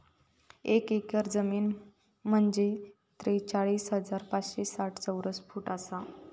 एक एकर जमीन म्हंजे त्रेचाळीस हजार पाचशे साठ चौरस फूट आसा